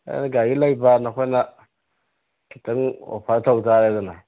ꯅꯪꯅ ꯒꯥꯔꯤ ꯂꯩꯕ ꯅꯈꯣꯏꯅ ꯈꯤꯇꯪ ꯑꯣꯐꯔ ꯇꯧꯕ ꯇꯥꯔꯦꯗꯅ